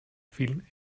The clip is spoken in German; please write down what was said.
vielen